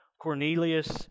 Cornelius